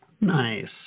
nice